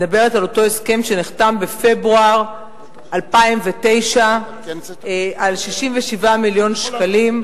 אני מדברת על אותו הסכם שנחתם בפברואר 2009 על 67 מיליון שקלים,